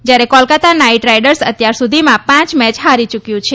જયારે Kolkata knight riders અત્યાર સુધીમાં પાંચ મેચ હારી ચુકી છે